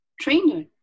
trainer